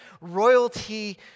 royalty